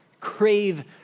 crave